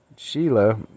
Sheila